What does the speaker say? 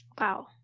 Wow